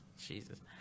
Jesus